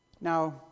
Now